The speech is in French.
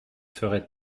ferait